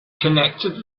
connected